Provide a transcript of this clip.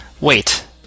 Wait